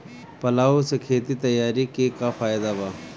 Plough से खेत तैयारी के का फायदा बा?